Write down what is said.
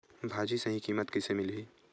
भाजी सही कीमत कइसे मिलही?